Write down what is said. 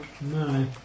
No